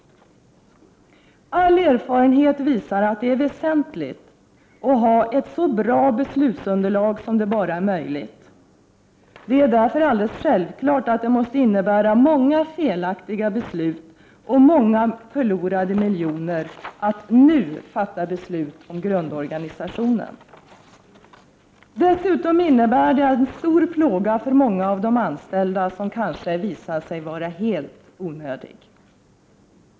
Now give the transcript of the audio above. All erfarenhet visar att det är väsentligt att ha ett så bra beslutsunderlag som möjligt. Det är därför självklart att det måste innebära många felaktiga beslut och många förlorade miljoner att nu fatta beslut om grundorganisationen. Dessutom innebär det en stor plåga för många av de anställda, som kanske visar sig vara helt onödig.